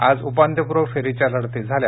आज उपांत्यपुर्व फेरीच्या लढती झाल्या